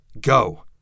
Go